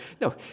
No